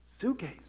suitcase